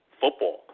football